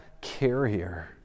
carrier